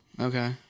Okay